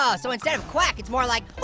ah so instead of quack, it's more like